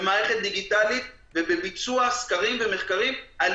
במערכת דיגיטלית ובביצוע סקרים ומחקרים על